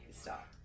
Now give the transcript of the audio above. stop